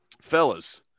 Fellas